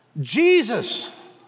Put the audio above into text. Jesus